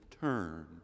turn